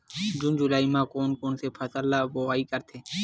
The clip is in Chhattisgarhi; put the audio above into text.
जून जुलाई म कोन कौन से फसल ल बोआई करथे?